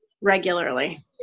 regularly